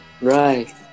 right